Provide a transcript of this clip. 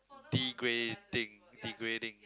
degrading degrading